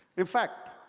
in fact,